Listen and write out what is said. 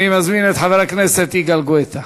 אני מזמין את חבר הכנסת יגאל גואטה.